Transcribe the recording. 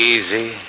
Easy